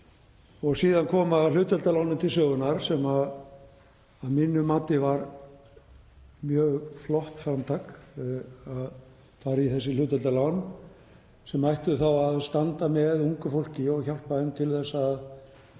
Síðan koma hlutdeildarlánin til sögunnar sem að mínu mati var mjög flott framtak, að fara í þessi hlutdeildarlán, sem ættu þá að standa með ungu fólki og hjálpa því til að